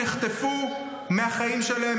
נחטפו מהחיים שלהם,